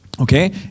Okay